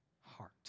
heart